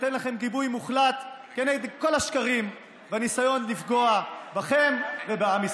וניתן לכם גיבוי מוחלט כנגד כל השקרים והניסיון לפגוע בכם ובעם ישראל.